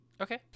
Okay